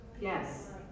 Yes